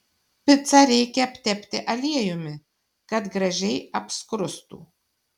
picą reikia aptepti aliejumi kad gražiai apskrustų